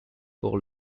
pour